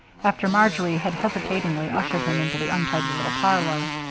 after marjory had hesitatingly ushered him into the untidy little parlor.